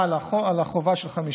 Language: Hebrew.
אין באמת עמידה על החובה של 5%,